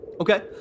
Okay